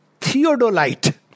theodolite